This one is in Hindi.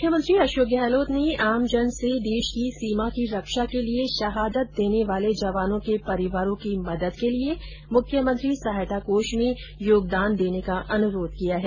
मुख्यमंत्री अशोक गहलोत ने आमजन से देश की सीमा की रक्षा के लिए शहादत देने वाले जवानों के परिवारों की मदद के लिए मुख्यमंत्री सहायता कोष में योगदान देने का अनुरोध किया है